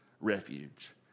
refuge